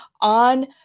on